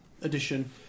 edition